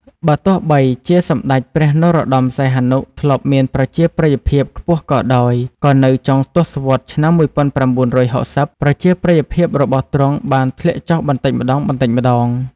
បើទោះបីជាសម្ដេចព្រះនរោត្តម សីហនុ ធ្លាប់មានប្រជាប្រិយភាពខ្ពស់ក៏ដោយ ក៏នៅចុងទសវត្សរ៍ឆ្នាំ ១៩៦០ ប្រជាប្រិយភាពរបស់ទ្រង់បានធ្លាក់ចុះបន្តិចម្តងៗ។